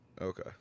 Okay